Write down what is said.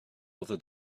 other